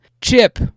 Chip